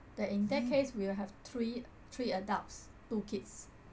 then in that case we will have three three adults two kids